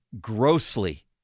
grossly